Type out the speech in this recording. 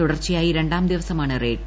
തുടർച്ചയായി രണ്ടാം ദിവസമാണ് റെയ്ഡ്